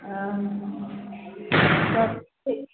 हँ तब